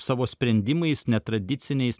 savo sprendimais netradiciniais